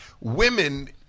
Women